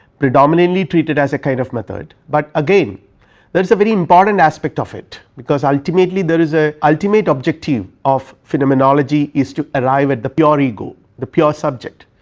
predominantly treated as a kind of method, but again that is a very important aspect of it, because ultimately there is a ultimate objective of phenomenology is to arrive at the pure ego, the pure subject,